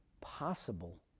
possible